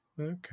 okay